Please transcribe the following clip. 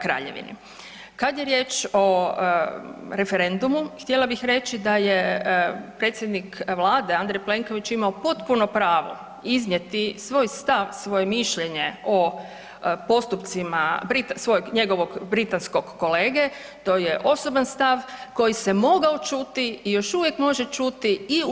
Kada je riječ o referendumu, htjela bih reći da je predsjednik Vlade Andrej Plenković imao potpuno pravo iznijeti svoj stav, svoje mišljenje o postupcima britanskog, svojeg, njegovog britanskog kolege, to je osoban stav, koji se mogao čuti i još uvijek može čuti i u nekim drugim državama članicama EU [[Upadica: Hvala.]] pa u krajnjoj liniji u samom UK-u.